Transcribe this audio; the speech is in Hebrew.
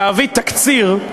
להביא תקציר,